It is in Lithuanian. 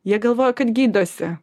jie galvoja kad gydosi